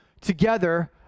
together